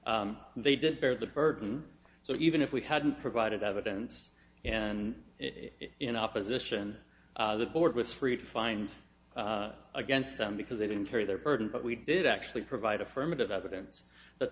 they did bear the burden so even if we hadn't provided evidence and in opposition the board with free to find against them because they didn't carry their burden but we did actually provide affirmative evidence that